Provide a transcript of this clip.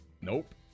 nope